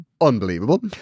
unbelievable